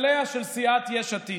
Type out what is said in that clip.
הקואליציה לא הגישה אי-אמון.